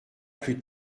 plus